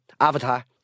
Avatar